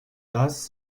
does